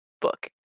book